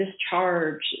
discharge